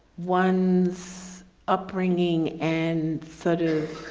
one's upbringing and so to